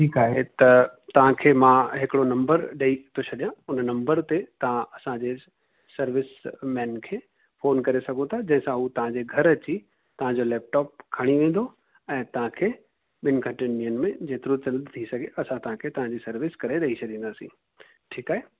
ठीकु आहे त तव्हांखे मां हिकिड़ो नंबर ॾेई थो छॾियां हुन नंबर ते तव्हां असांजे सर्विस मैन खे फ़ोन करे सघो था जंहिं सां उहो तव्हांजे घरु अची तव्हांजो लैप्टॉप खणी वेंदो ऐं तव्हांखे ॿिनि खां टिनि ॾींहंनि मां जेतिरो जल्द थी सघे असां तव्हांखे तव्हांजी सर्विस करे ॾेई छॾींदासीं ठीकु आहे